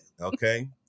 okay